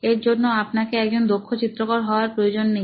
এর জন্য আপনাকে একজন দক্ষ চিত্রকর হওয়ার প্রয়োজন নেই